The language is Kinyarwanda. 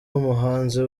umuhanzi